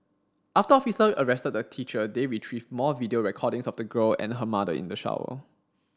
after officer arrested the teacher they retrieved more video recordings of the girl and her mother in the shower